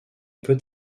peut